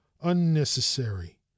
UNNECESSARY